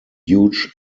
huge